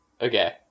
okay